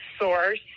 source